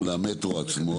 גם למטרו עצמו.